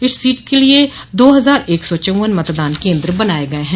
इस सीट के लिए दो हजार एक सौ चौव्वन मतदान केन्द्र बनाये गये हैं